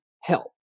help